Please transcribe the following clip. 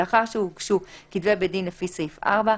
לאחר שהוגשו כתבי בי-דין לפי סעיף 4,